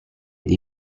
dei